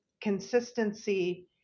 consistency